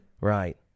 Right